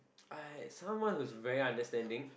I someone who is very understanding